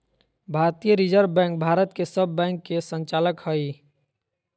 भारतीय reserve bank Bharat के सब बैंक के संचालक हइ